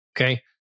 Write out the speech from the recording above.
Okay